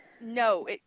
No